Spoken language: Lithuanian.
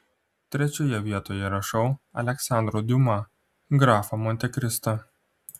trečioje vietoje įrašau aleksandro diuma grafą montekristą